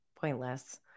Pointless